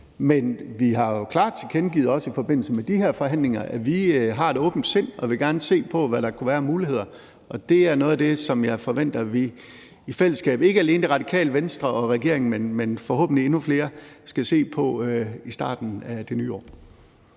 med de her forhandlinger, at vi har et åbent sind og gerne vil se på, hvad der kunne være af muligheder, og det er noget af det, som jeg forventer at vi i fællesskab – ikke alene Radikale Venstre og regeringen, men forhåbentlig endnu flere – skal se på i starten af det nye år.